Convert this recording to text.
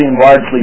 largely